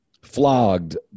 flogged